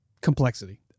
complexity